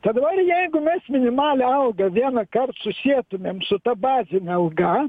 tai dabar jeigu mes minimalią algą vienąkart susietumėm su ta bazine alga